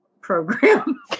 program